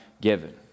given